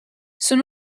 són